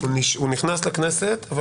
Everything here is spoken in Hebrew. נדמה לי שמי שנמצא כאן, רשאי גם לדבר.